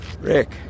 Rick